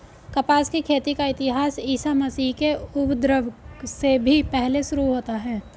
कपास की खेती का इतिहास ईसा मसीह के उद्भव से भी पहले शुरू होता है